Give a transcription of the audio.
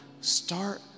start